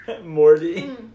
Morty